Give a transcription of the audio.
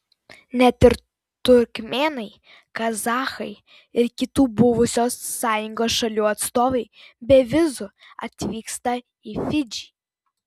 net ir turkmėnai kazachai ir kitų buvusios sąjungos šalių atstovai be vizų atvyksta į fidžį